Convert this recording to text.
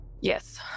Yes